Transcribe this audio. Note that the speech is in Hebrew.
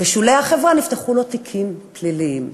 בשולי החברה, נפתחו לו תיקים פליליים.